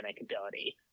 ability